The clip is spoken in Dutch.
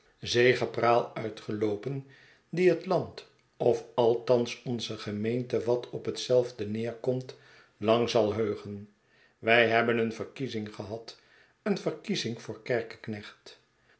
welpraal uitgeloopen die het land of althans onze gerneente wat op hetzelfde neerkomt lang zal heugen wij hebben een verkiezing gehad een verkiezing voor